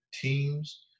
teams